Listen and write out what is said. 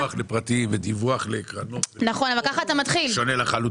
אבל השאלה היא --- דיווח לפרטיים ודיווח לקרנות --- שונה לחלוטין.